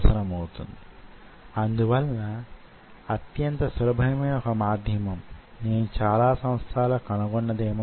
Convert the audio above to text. కండరాల క్షీణత muscular dystrophy లో వివిధ రకాలు ఉన్నాయి